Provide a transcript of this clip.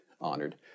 honored